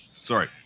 Sorry